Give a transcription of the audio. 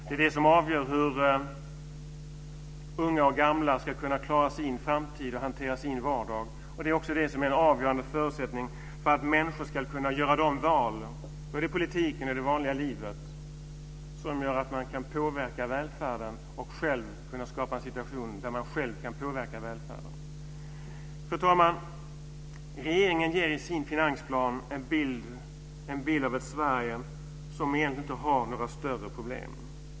Det är det som avgör hur unga och gamla ska kunna klara sin framtid och hantera sin vardag, och det är också en avgörande förutsättning för att människor ska kunna göra de val - både i politiken och i det vanliga livet - som leder till en situation där de själva kan påverka välfärden. Fru talman! Regeringen ger i sin finansplan en bild av ett Sverige som egentligen inte har några större problem.